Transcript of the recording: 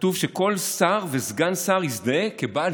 הוא עלבון